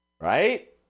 right